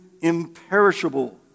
imperishable